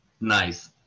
Nice